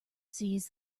seize